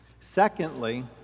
Secondly